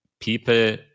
people